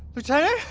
lieutenant?